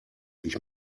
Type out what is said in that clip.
ich